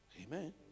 Amen